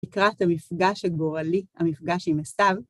תקראת המפגש הגורלי, המפגש עם אסתיו.